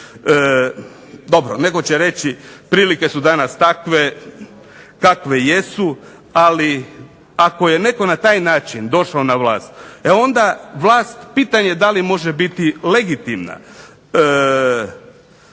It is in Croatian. Dobro, netko će reći prilike su danas takve kakve jesu, ali ako je netko na taj način došao na vlast, e onda pitanje da li vlast može biti legitimna?